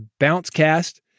Bouncecast